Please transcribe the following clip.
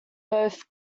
both